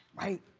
right?